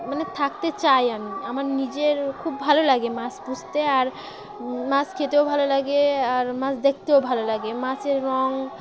মানে থাকতে চাই আমি আমার নিজের খুব ভালো লাগে মাছ পুষতে আর মাছ খেতেও ভালো লাগে আর মাছ দেখতেও ভালো লাগে মাছের রঙ